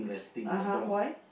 (uh huh) why